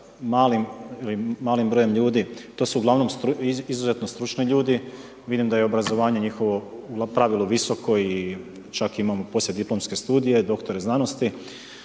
vi sa malim brojem ljudi to su ugl. izuzetno stručni ljudi, vidim da je obrazovanje njihovo po pravilo visokoj i čak imamo i poslijediplomske studije, doktore znanosti.